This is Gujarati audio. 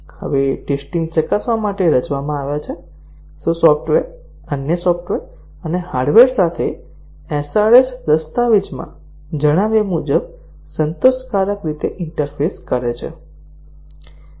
અહીં ટેસ્ટીંગ ચકાસવા માટે રચવામાં આવ્યા છે શું સોફ્ટવેર અન્ય સોફ્ટવેર અને હાર્ડવેર સાથે SRS દસ્તાવેજમાં જણાવ્યા મુજબ સંતોષકારક રીતે ઇન્ટરફેસ કરે છે